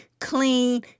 clean